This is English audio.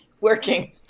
working